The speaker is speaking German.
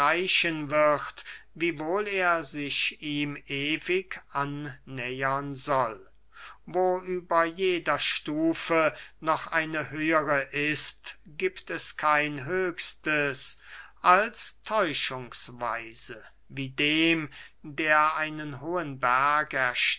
wird wiewohl er sich ihm ewig annähern soll wo über jeder stufe noch eine höhere ist giebt es kein höchstes als täuschungsweise wie dem der einen hohen